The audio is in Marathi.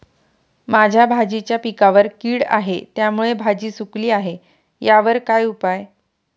माझ्या भाजीच्या पिकावर कीड आहे त्यामुळे भाजी सुकली आहे यावर काय उपाय?